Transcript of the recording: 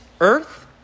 earth